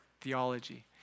theology